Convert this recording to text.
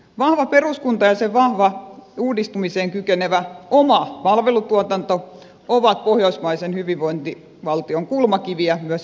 vahva peruskunta ja sen vahva uudistumiseen kykenevä oma palvelutuotanto ovat pohjoismaisen hyvinvointivaltion kulmakiviä myös jatkossa